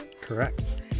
Correct